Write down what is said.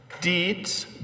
Deeds